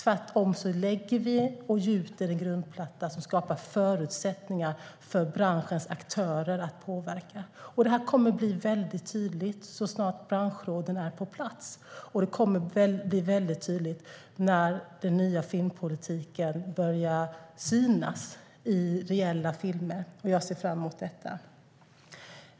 Vi lägger och gjuter en grundplatta som skapar förutsättningar för branschens aktörer att påverka. Det här kommer att bli väldigt tydligt så snart branschråden är på plats. Och det kommer att bli väldigt tydligt när den nya filmpolitiken börjar synas i reella filmer. Jag ser fram emot detta.